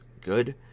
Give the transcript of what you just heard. good